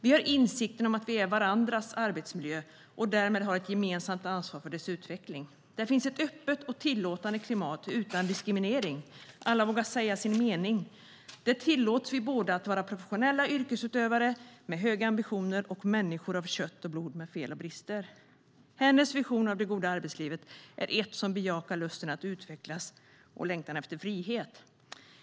Vi har insikten om att vi är varandras arbetsmiljö och därmed har ett gemensamt ansvar för dess utveckling. Där finns ett öppet och tillåtande klimat utan diskriminering. Alla vågar säga sin mening. Där tillåts vi att vara både professionella yrkesutövare med höga ambitioner och människor av kött och blod med fel och brister. Hennes vision av det goda arbetslivet är ett som bejakar lusten att utvecklas och längtan efter frihet.